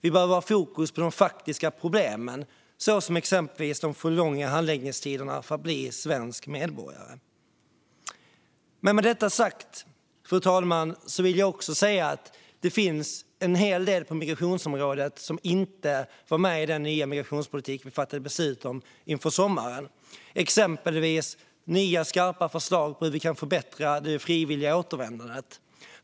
Vi behöver ha fokus på de faktiska problemen, som exempelvis de alltför långa handläggningstiderna för att bli svensk medborgare. Med detta sagt, fru talman, vill jag också säga att det finns en hel del på migrationsområdet som inte ingår i den nya migrationspolitik som vi fattade beslut om inför sommaren, exempelvis nya, skarpa förslag om hur vi kan förbättra det frivilliga återvändandet.